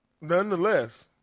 nonetheless